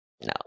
No